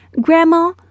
Grandma